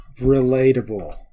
relatable